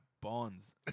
bonds